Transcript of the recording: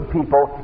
people